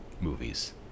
movies